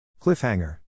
Cliffhanger